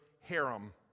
harem